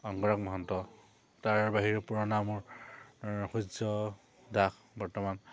অংগৰাগ মহন্ত তাৰ বাহিৰৰ পুৰণা মোৰ সূৰ্য দাস বৰ্তমান